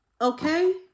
okay